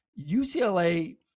UCLA